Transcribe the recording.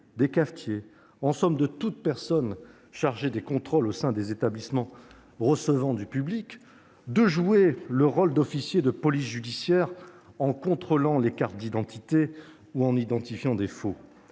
des cafetiers, en somme de toute personne chargée des contrôles au sein des établissements recevant du public, de jouer le rôle d'officier de police judiciaire en contrôlant des cartes d'identité ou en identifiant des faux.